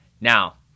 Now